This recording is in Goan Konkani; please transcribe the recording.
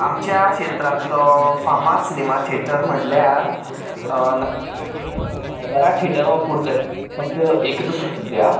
आमच्या क्षेत्रांतलो फामाद सिनेमा थिएटर म्हणल्यार नायगरा थिएटर नायगरा थिएटर हो कुडचड्या फक्त एकूच आसा सद्या